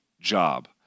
job